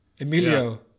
Emilio